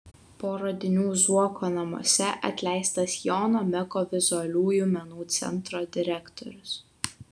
po radinių zuoko namuose atleistas jono meko vizualiųjų menų centro direktorius